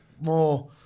more